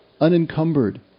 unencumbered